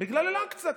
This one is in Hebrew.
בגלל אל-אקצא.